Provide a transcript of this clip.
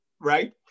Right